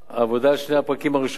העבודה על שני הפרקים הראשונים,